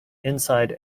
inside